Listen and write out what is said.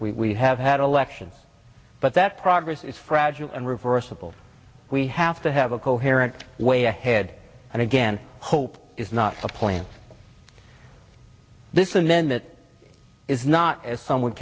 we have had elections but that progress is fragile and reversible we have to have a coherent way ahead and again hope is not a plan for this and then that is not as some